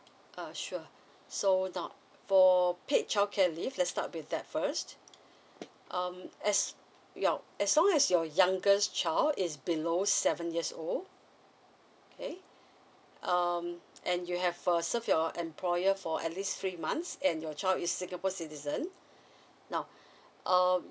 err sure so now for paid childcare leave let's start with that first um as well now as long as your youngest child is below seven years old okay um and you have err serve your employer for at least three months and your child is singapore citizen now um